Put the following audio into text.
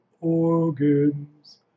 organs